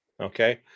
Okay